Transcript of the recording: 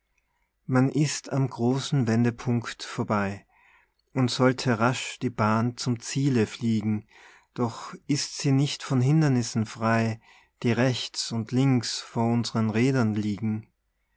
man ist am großen wendepunkt vorbei und sollte rasch die bahn zum ziele fliegen doch ist sie nicht von hindernissen frei die rechts und links vor unsern rädern liegen